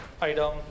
item